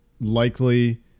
likely